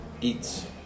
eats